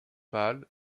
pâle